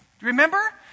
Remember